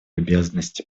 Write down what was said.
обязанности